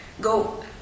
go